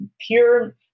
pure